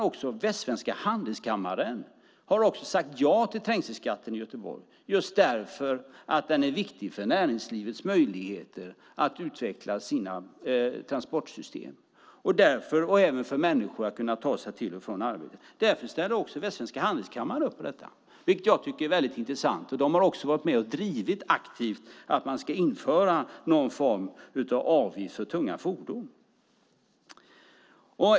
Också Västsvenska Industri och Handelskammaren har sagt ja till trängselskatten i Göteborg just därför att den är viktig för näringslivets möjligheter att utveckla sina transportsystem och även för människor när det gäller att kunna ta sig till och från arbetet. Därför ställer alltså också Västsvenska Industri och Handelskammaren upp på detta, vilket jag tycker är intressant. De har också varit med och aktivt drivit att man ska införa någon form av avgift för tunga fordon.